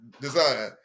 design